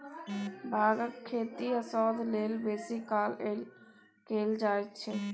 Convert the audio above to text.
भांगक खेती औषध लेल बेसी काल कएल जाइत छै